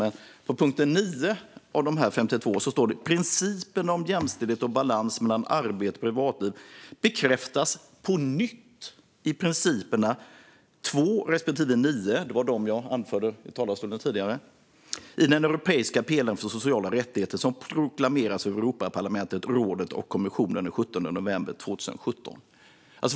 Men i punkt 9 av de 52 står det så här: "Principerna om jämställdhet och balans mellan arbete och privatliv bekräftas på nytt i principerna 2 respektive 9" - det var dem jag anförde i talarstolen tidigare - "i den europeiska pelaren för sociala rättigheter som proklamerades av Europaparlamentet, rådet och kommissionen den 17 november 2017."